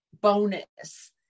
bonus